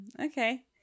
okay